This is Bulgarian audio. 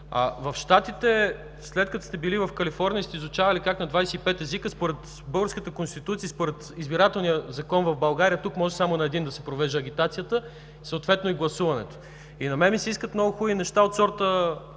в Щатите, след като сте били в Калифорния, сте изучавали, как на 25 езика… Според българската Конституция и според Избирателния закон в България може само на един да се провежда агитацията, а съответно и гласуването. И на мен ми се искат много хубави неща от сорта: